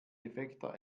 defekter